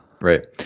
Right